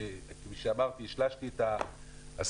כפי שאמרתי שילשתי את הכמות,